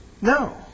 No